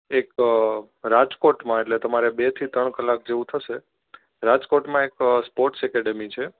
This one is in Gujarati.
એક રાજકોટમાં એટલે તમારે બે થી ત્રણ કલાક જેવું થશે રાજકોટમાં એક સ્પોર્ટ્સ એકેડમી છે